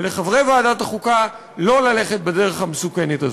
ולחברי ועדת החוקה לא ללכת בדרך המסוכנת הזאת.